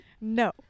No